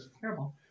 Terrible